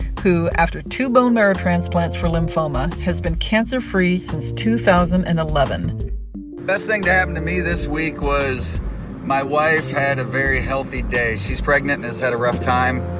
who, after two bone marrow transplants for lymphoma, has been cancer-free since two thousand and eleven point best thing to happen to me this week was my wife had a very healthy day she's pregnant and has had a rough time.